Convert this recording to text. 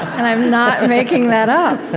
i'm not making that up.